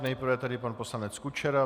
Nejprve tedy pan poslanec Kučera.